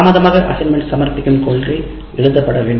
தாமதமாக ஒதுக்கீட்டு சமர்ப்பிக்கும் கொள்கை எழுதப்பட வேண்டும்